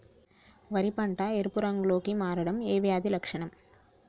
వరి పంట ఎరుపు రంగు లో కి మారడం ఏ వ్యాధి లక్షణం?